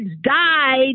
died